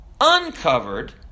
uncovered